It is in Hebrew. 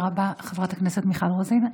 תודה רבה, חברת הכנסת מיכל רוזין.